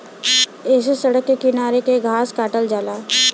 ऐसे सड़क के किनारे के घास काटल जाला